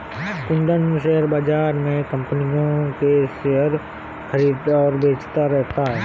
Kundan share बाज़ार में कम्पनियों के शेयर खरीदता और बेचता रहता है